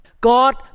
God